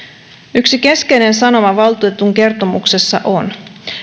yksi keskeinen sanoma valtuutetun kertomuksessa on